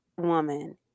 woman